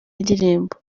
ndirimbo